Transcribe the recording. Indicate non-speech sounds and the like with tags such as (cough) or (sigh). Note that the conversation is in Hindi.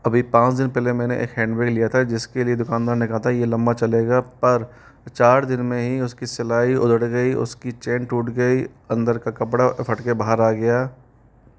अभी पाँच दिन पहले मैंने एक हैंड (unintelligible) लिया था जिसके लिए दुकानदार ने कहा था ये लंबा चलेगा पर चार दिन में ही उसकी सिलाई उधड़ गई उसकी चेन टूट गई अंदर का कपड़ा फ़ट के बाहर आ गया